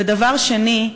ודבר שני,